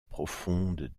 profonde